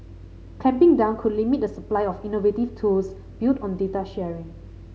clamping down could limit the supply of innovative tools built on data sharing